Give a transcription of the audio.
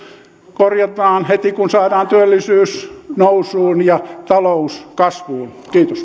korjataan heti kun saadaan työllisyys nousuun ja talous kasvuun